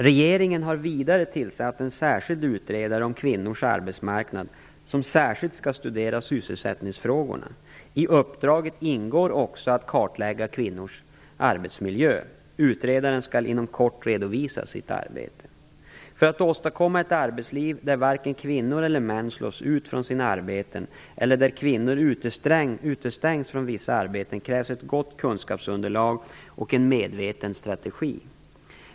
Regeringen har vidare tillsatt en särskild utredare när det gäller kvinnors arbetsmarknad som särskilt skall studera sysselsättningsfrågorna. I uppdraget ingår också en kartläggning kvinnors arbetsmiljö. Utredaren skall inom kort redovisa sitt arbete. För att åstadkomma ett arbetsliv där varken kvinnor eller män slås ut från sina arbeten eller där kvinnor utestängs från vissa arbeten krävs ett gott kunskapsunderlag och en medveten strategi.